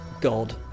God